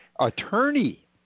Attorney